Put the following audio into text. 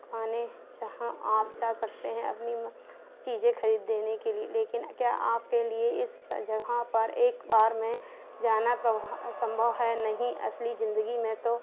दुकानें जहाँ आप जा सकते हैं अपनी मन चीज़ें ख़रीदने के लिए लेकिन क्या आपके लिए इस जगह पर एक बार में जाना सम्भव है नहीं असली ज़िंदगी में तो